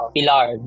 Pilar